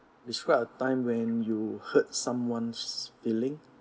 describe a time when you hurt someone's feeling